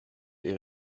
est